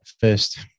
first